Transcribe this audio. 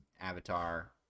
Avatar